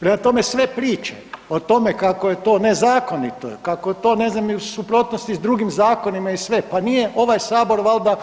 Prema tome, sve priče o tome kako je to nezakonito, kako to ne znam je u suprotnosti s drugim zakonima i sve, pa nije ovaj Sabor valjda